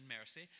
mercy